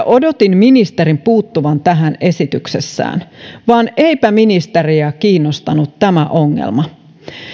odotin ministerin puuttuvan tähän esityksessään vaan eipä ministeriä kiinnostanut tämä ongelma